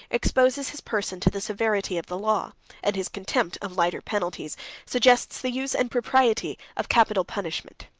exposes his person to the severity of the law and his contempt of lighter penalties suggests the use and propriety of capital punishment.